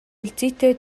өлзийтэй